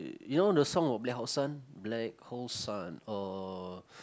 you know the song of black hole son black hole son or